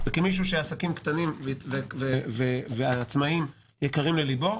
כמישהו שעסקים קטנים ועצמאיים יקרים לליבו,